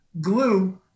glue